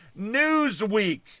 Newsweek